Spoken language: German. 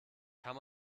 kann